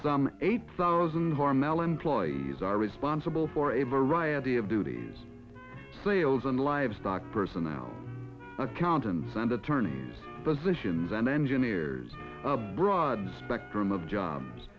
some eight thousand hormel employees are responsible for a variety of duties sales and livestock personnel accountants and attorneys positions and engineers a broad spectrum of jobs